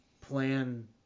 plan